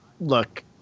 Look